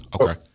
Okay